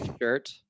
shirt